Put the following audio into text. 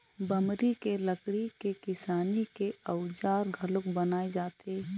बमरी के लकड़ी के किसानी के अउजार घलोक बनाए जाथे